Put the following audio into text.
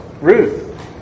Ruth